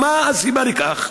מה הסיבה לכך?